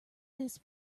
this